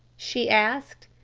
she asked.